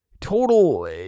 total